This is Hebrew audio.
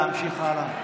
להמשיך הלאה.